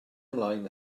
ymlaen